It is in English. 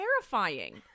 terrifying